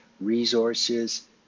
resources